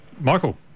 Michael